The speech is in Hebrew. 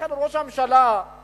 לכן מה שעושים ראש הממשלה ושריו,